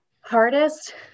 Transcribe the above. Hardest